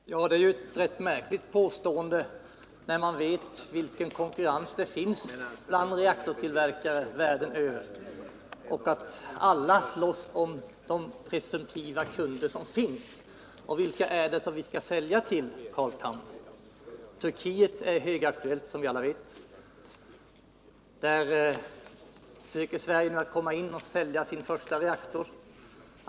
Herr talman! Detta är ett rätt märkligt påstående, när man vet vilken konkurrens det är bland reaktortillverkare världen över. Alla slåss om de presumtiva kunder som finns. Vilka är det vi skall sälja till, Carl Tham? Turkiet är högaktuellt, som vi alla vet. Där försöker Sverige nu komma in och sälja sin första reaktor.